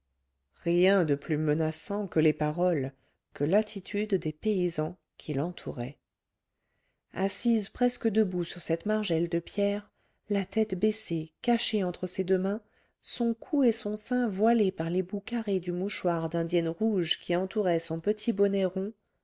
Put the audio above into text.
rien de plus menaçant que les paroles que l'attitude des paysans qui l'entouraient assise presque debout sur cette margelle de pierre la tête baissée cachée entre ses deux mains son cou et son sein voilés par les bouts carrés du mouchoir d'indienne rouge qui entourait son petit bonnet rond